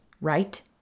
right